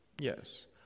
Yes